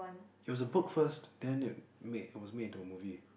it was a book first then it made it was made into a movie